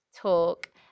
talk